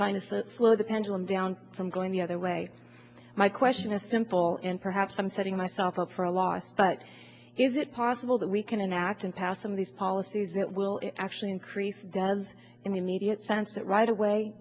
trying to say it slow the pendulum down from going the other way my question is simple and perhaps i'm setting myself up for a loss but is it possible that we can enact and pass some of these policies that will actually increase does immediate sense that right away